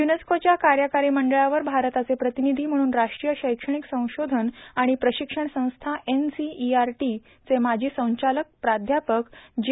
यूनेस्कोच्या कार्यकारी मंडळावर भारताचे प्रतिनिधी म्हणून राष्ट्रीय शैक्षणिक संशोधन आणि प्रशिक्षण संस्था एन सी ई आर टीचे माजी संचालक प्राध्यापक जे